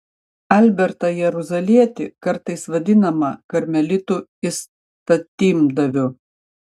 albertą jeruzalietį kartais vadinamą karmelitų įstatymdaviu